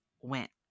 went